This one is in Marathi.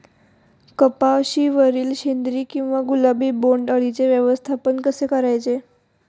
कपाशिवरील शेंदरी किंवा गुलाबी बोंडअळीचे व्यवस्थापन कसे करायचे?